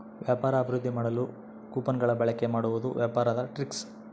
ವ್ಯಾಪಾರ ಅಭಿವೃದ್ದಿ ಮಾಡಲು ಕೊಪನ್ ಗಳ ಬಳಿಕೆ ಮಾಡುವುದು ವ್ಯಾಪಾರದ ಟ್ರಿಕ್ಸ್